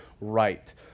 right